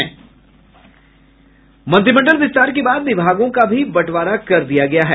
मंत्रिमंडल विस्तार के बाद विभागों का भी बंटवारा कर दिया गया है